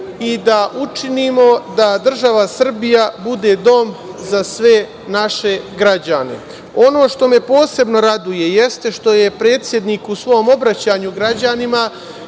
i da učinimo da država Srbija bude dom za sve naše građane. Ono što me posebno raduje jeste što je predsednik u svom obraćanju građanima